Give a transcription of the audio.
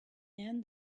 and